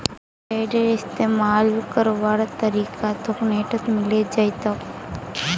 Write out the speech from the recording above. टेडरेर इस्तमाल करवार तरीका तोक नेटत मिले जई तोक